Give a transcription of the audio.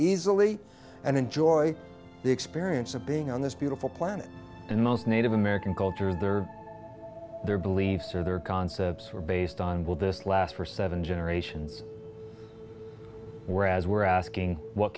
easily and enjoy the experience of being on this beautiful planet and most native american culture there their beliefs or their concepts were based on will this last for seven generations whereas we're asking what